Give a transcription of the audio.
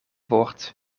woord